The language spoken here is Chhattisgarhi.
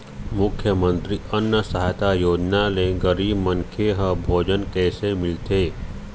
मुख्यमंतरी अन्न सहायता योजना ले गरीब मनखे ह भोजन कइसे मिलथे?